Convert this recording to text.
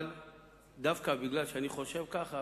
אבל דווקא משום שאני חושב כך,